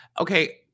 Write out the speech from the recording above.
Okay